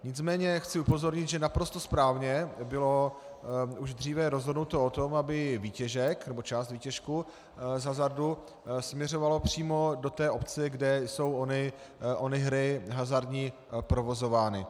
Nicméně chci upozornit, že naprosto správně bylo už dříve rozhodnuto o tom, aby výtěžek, nebo část výtěžku z hazardu směřovala přímo do té obce, kde jsou ony hry hazardní provozovány.